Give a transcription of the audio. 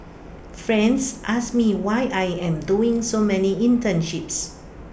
friends ask me why I am doing so many internships